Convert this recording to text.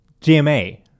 GMA